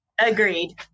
agreed